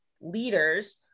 leaders